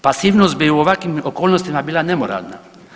Pasivnost bi u ovakvim okolnostima bila nemoralna.